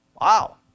Wow